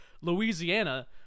Louisiana